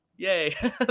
Yay